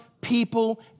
people